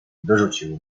dorzucił